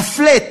ה-flat